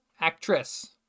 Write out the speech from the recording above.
actress